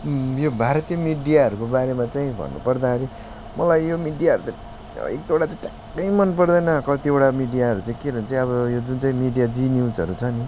यो भारतीय मिडियाहरूको बारेमा चाहिँ भन्नुपर्दाखेरि मलाई यो मिडियाहरू चाहिँ एक दुईवटा चाहिँ ट्याक्कै मनपर्दैन कतिवटा मिडियाहरू चाहिँ के अरे चाहिँ अब यो जुन चाहिँ मिडिया जी न्युजहरू छ नि